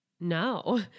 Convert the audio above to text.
No